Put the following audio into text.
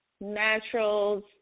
naturals